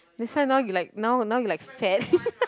that's why now you like now now you like fat